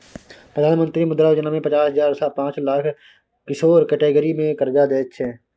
प्रधानमंत्री मुद्रा योजना मे पचास हजार सँ पाँच लाख किशोर कैटेगरी मे करजा दैत छै